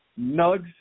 NUGs